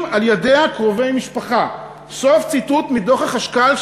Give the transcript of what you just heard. על-ידיה קרובי משפחה"; סוף ציטוט מדוח החשכ"ל,